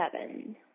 seven